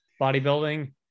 bodybuilding